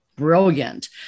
Brilliant